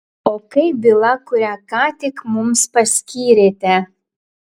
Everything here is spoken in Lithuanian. o kaip byla kurią ką tik mums paskyrėte